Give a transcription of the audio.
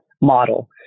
model